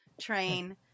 train